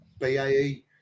BAE